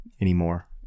anymore